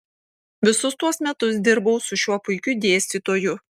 visus tuos metus dirbau su šiuo puikiu dėstytoju